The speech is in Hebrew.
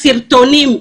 לסרטונים.